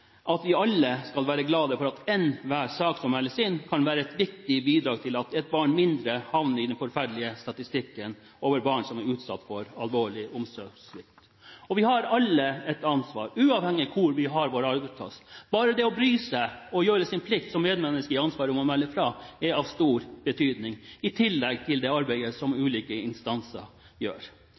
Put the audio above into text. at vi alle skal være glad for at enhver sak som meldes inn, kan være et viktig bidrag til at ett barn mindre havner i den forferdelige statistikken over barn som er utsatt for alvorlig omsorgssvikt. Vi har alle et ansvar, uavhengig av hvor vi har vår arbeidsplass. Bare det å bry seg og gjøre sin plikt som medmenneske i ansvaret om å melde fra er av stor betydning, i tillegg til det arbeidet som ulike instanser gjør.